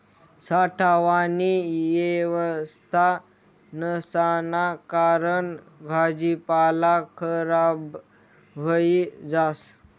साठावानी येवस्था नसाना कारण भाजीपाला खराब व्हयी जास